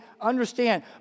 Understand